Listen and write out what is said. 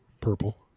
Purple